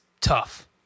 tough